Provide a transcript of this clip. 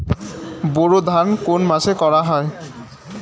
বোরো ধান কোন মাসে করা হয়?